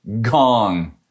gong